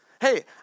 Hey